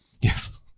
yes